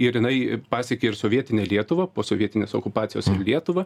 ir inai pasiekė ir sovietinę lietuvą po sovietinės okupacijos lietuvą